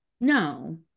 No